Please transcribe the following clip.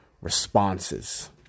responses